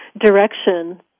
direction